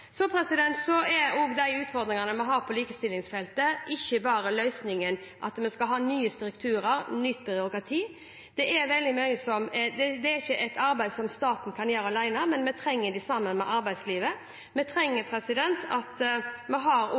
så gjelder de utfordringene vi har på likestillingsfeltet, er løsningen ikke bare at vi skal ha nye strukturer, nytt byråkrati. Det er ikke et arbeid som staten kan gjøre alene, men vi trenger å gjøre det sammen med arbeidslivet. Vi har en fleksibel arbeidsmiljølov som åpner for at